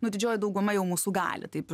nu didžioji dauguma jau mūsų gali taip